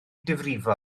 difrifol